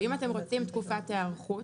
אם אתם רוצים תקופת היערכות